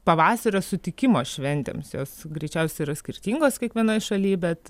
pavasario sutikimo šventėms jos greičiausiai yra skirtingos kiekvienoj šaly bet